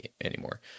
anymore